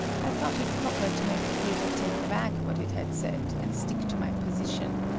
i thought it proper to make the paper take back what it had said, and stick to my position.